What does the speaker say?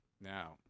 Now